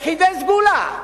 יחידי סגולה,